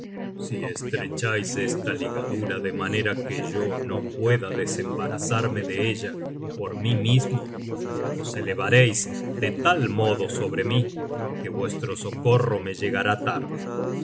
si estrechais esta ligadura de manera que yo no pueda desembarazarme de ella por mí mismo os elevareis de tal modo sobre mí que vuestro socorro me llegará tarde